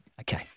Okay